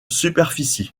superficie